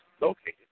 located